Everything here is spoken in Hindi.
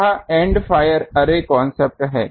यह एंड फायर अर्रे कॉन्सेप्ट है